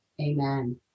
Amen